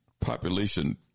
population